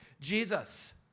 Jesus